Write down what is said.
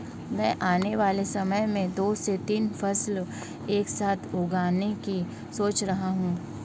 मैं आने वाले समय में दो से तीन फसल एक साथ उगाने की सोच रहा हूं